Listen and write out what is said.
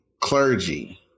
clergy